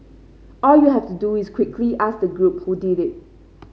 all you have to do is quickly ask the group who did it